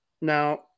Now